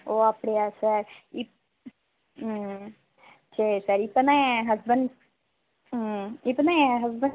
ஓ அப்படியா சார் இ ம் சரி சார் இப்போ தான் என் ஹஸ்பெண்ட் ம் இப்போ தான் என் ஹஸ்பெண்ட்